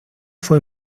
fue